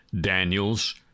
Daniel's